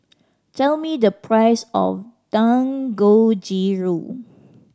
tell me the price of Dangojiru